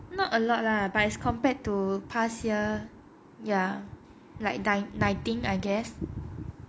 not a lot lah but as compared to past year ya like die nineteen I guess